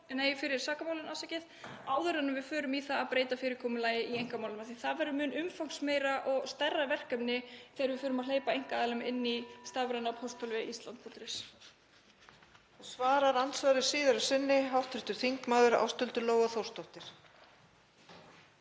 fyrir sakamálin áður en við förum í það að breyta fyrirkomulagi í einkamálum. Það verður mun umfangsmeira og stærra verkefni þegar við förum að hleypa einkaaðilum inn í stafræna pósthólfið island.is.